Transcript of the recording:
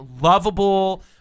lovable